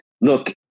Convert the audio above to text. look